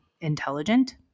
intelligent